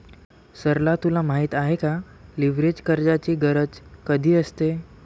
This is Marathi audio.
सरला तुला माहित आहे का, लीव्हरेज कर्जाची गरज कधी असते?